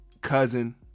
cousin